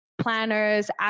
planners